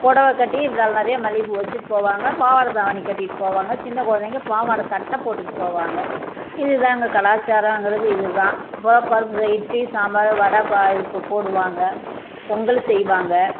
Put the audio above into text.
புடவ கட்டி தலை நிறையா மல்லிகைப்பூ வச்சிட்டு போவாங்க பாவாடை தாவணி கட்டிட்டு போவாங்க சின்ன குழந்தைங்க பாவாடை சட்டை போட்டுட்டு போவாங்க இதுதாங்க கலாச்சாரங்கிறது இதுதான் இப்போ பருப்பு இட்லி சாம்பார் வடை இப்போ இதுக்கு போடுவாங்க பொங்கல் செய்வாங்க